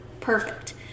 perfect